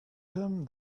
him